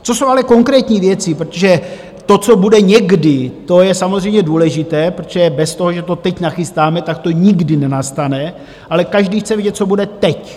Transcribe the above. Co jsou ale konkrétní věci, protože to, co bude někdy, to je samozřejmě důležité, protože bez toho, že to teď nachystáme, tak to nikdy nenastane, ale každý chce vědět, co bude teď.